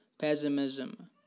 pessimism